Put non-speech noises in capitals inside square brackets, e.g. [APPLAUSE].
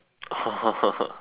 oh [LAUGHS]